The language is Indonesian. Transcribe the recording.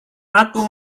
aku